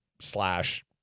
slash